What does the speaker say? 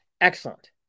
Excellent